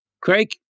Craig